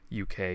UK